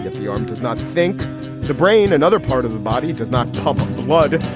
the arm does not think the brain and other part of the body does not pump blood.